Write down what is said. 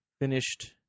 finished